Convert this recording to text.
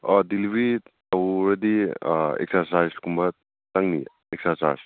ꯑꯥ delivery ꯇꯧꯔꯗꯤ ꯑꯥ extra ꯆꯥꯔꯖꯀꯨꯝꯕ ꯆꯪꯅꯤ ꯑꯦꯛꯁꯇ꯭ꯔꯥ ꯆꯥꯔꯖ